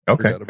Okay